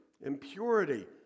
impurity